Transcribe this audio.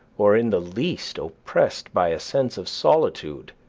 or in the least oppressed by a sense of solitude,